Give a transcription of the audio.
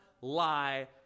lie